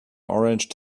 orange